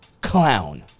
Clown